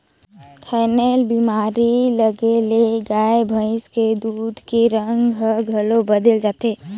थनैल बेमारी लगे ले गाय भइसी के दूद के रंग हर घलो बदेल जाथे